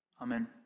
amen